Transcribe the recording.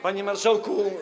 Panie Marszałku!